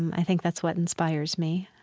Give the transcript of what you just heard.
i think that's what inspires me.